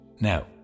now